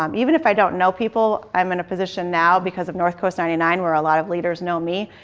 um even if i don't know people, i'm in a position now because of north coast ninety nine where a lot of leaders know me.